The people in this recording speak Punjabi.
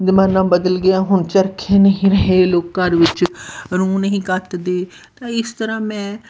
ਜ਼ਮਾਨਾ ਬਦਲ ਗਿਆ ਹੁਣ ਚਰਖੇ ਨਹੀਂ ਰਹੇ ਲੋਕ ਘਰ ਵਿੱਚ ਰੂੰ ਨਹੀਂ ਕੱਤਦੇ ਤਾਂ ਇਸ ਤਰ੍ਹਾਂ ਮੈਂ